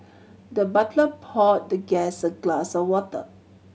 the butler poured the guest a glass of water